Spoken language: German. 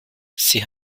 sie